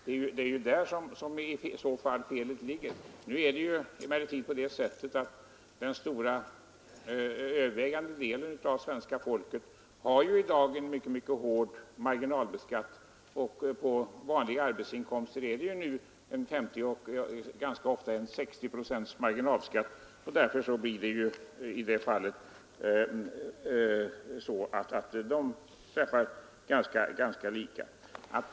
Det är där felet i så fall ligger. Nu är det emellertid så att den övervägande delen av svenska folket för närvarande har en mycket hård marginalbeskattning. På vanliga arbetsinkomster är marginalskatten nu ganska ofta 50 eller 60 procent. Därför träffar den alla ganska lika.